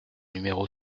numéro